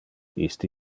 iste